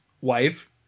wife